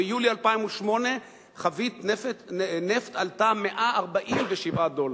ביולי 2008 חבית נפט עלתה 147 דולר,